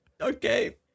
okay